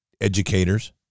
educators